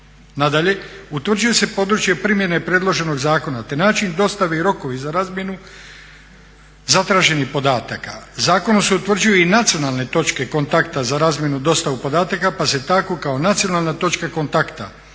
Nadalje, utvrđuje se područje primjene predloženog zakona, te način dostave i rokovi za razmjenu zatraženih podataka. Zakonom se utvrđuju i nacionalne točke kontakta za razmjenu i dostavu podataka pa se tako kao nacionalna točka kontakta